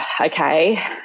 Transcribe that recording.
okay